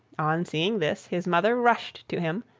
on seeing this, his mother rushed to him,